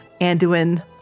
Anduin